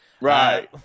Right